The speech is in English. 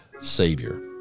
savior